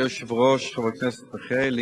אני לא רוצה כרגע להיכנס לכל מיני